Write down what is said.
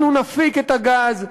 אנחנו נפיק את הגז.